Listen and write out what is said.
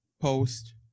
post